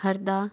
Harda